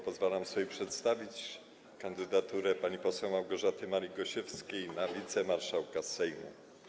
Pozwalam sobie przedstawić kandydaturę pani poseł Małgorzaty Marii Gosiewskiej na wicemarszałka Sejmu.